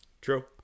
True